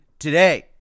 today